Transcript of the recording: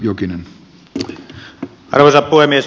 arvoisa puhemies